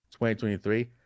2023